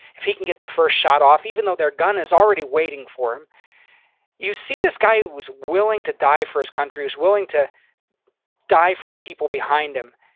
if he can get the first shot off. even though their gun is already waiting for him you see this guy who was willing to die for his country, who's willing to die for the people behind him.